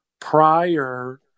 prior